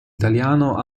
italiano